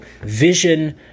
vision